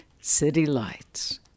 citylights